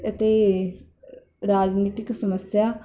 ਅਤੇ ਰਾਜਨੀਤਿਕ ਸਮੱਸਿਆ